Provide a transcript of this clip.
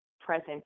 present